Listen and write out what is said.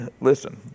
listen